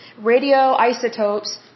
radioisotopes